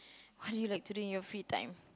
what do you like to do in your free time